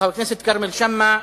וחבר כנסת כרמל שאמה,